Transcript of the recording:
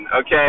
okay